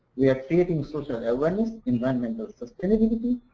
we're creating social awareness, environmental sustainability,